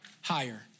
higher